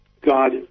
god